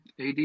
ad